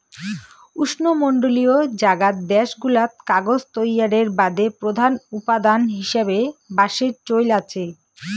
উষ্ণমণ্ডলীয় জাগার দ্যাশগুলাত কাগজ তৈয়ারের বাদে প্রধান উপাদান হিসাবে বাঁশের চইল আচে